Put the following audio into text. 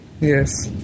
Yes